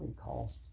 cost